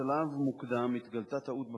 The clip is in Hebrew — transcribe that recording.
בשלב מוקדם התגלתה טעות בפרסום: